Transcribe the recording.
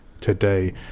today